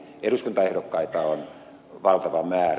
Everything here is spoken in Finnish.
eduskuntaehdokkaita on valtava määrä